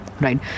right